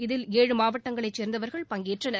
இதில் ஏழு மாவட்டங்களைச் சேர்ந்தவர்கள் பங்கேற்றனர்